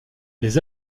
les